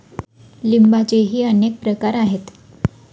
लिंबाचेही अनेक प्रकार आहेत